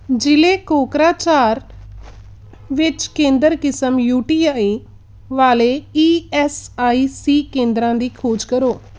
ਜ਼ਿਲ੍ਹੇ ਕੋਕਰਾਝਾਰ ਵਿੱਚ ਕੇਂਦਰ ਕਿਸਮ ਯੂ ਟੀ ਆਈ ਵਾਲੇ ਈ ਐੱਸ ਆਈ ਸੀ ਕੇਂਦਰਾਂ ਦੀ ਖੋਜ ਕਰੋ